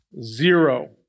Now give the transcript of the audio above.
Zero